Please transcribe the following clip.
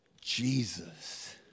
Jesus